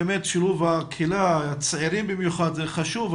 באמת שילוב הקהילה, הצעירים במיוחד, זה חשוב,